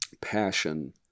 passion